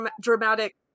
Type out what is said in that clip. dramatic